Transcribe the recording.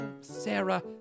Sarah